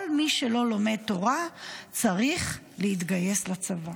כל מי שלא לומד תורה צריך להתגייס לצבא".